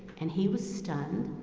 and he was stunned,